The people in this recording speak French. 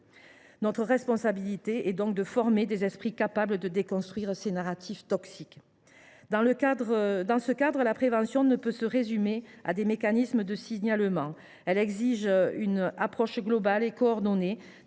Notre responsabilité est donc de former des esprits capables de déconstruire ces narratifs toxiques. Dans ce cadre, la prévention ne peut se résumer à des mécanismes de signalement. Elle exige une approche globale et coordonnée,